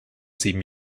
sieben